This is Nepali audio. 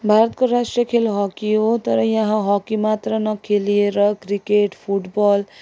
भारतको राष्ट्रिय खेल हकी हो तर यहाँ हकी मात्र नखेलिएर क्रिकेट फुटबल